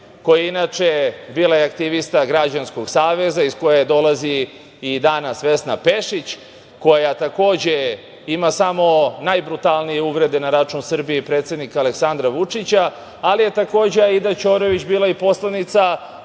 koja je inače bila i aktivista Građanskog saveza iz koje dolazi i danas Vesna Pešić, koja takođe ima samo najbrutalnije uvrede na račun Srbije i predsednika Aleksandra Vučića, ali je takođe Aida Ćorović bila i poslanica